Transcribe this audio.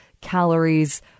calories